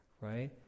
right